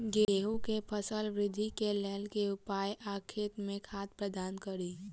गेंहूँ केँ फसल वृद्धि केँ लेल केँ उपाय आ खेत मे खाद प्रदान कड़ी?